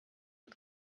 uhr